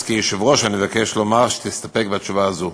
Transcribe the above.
אז כיושב-ראש אני מבקש לומר שתסתפק בתשובה הזאת.